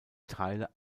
teile